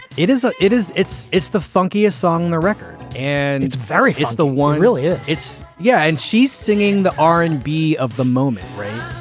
it is. ah it is. it's it's the funkiest song, the record. and it's very it's the one really. it's. yeah. and she's singing the r and b of the moment. right.